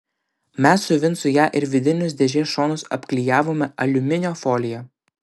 mes su vincu ją ir vidinius dėžės šonus apklijavome aliuminio folija